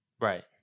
Right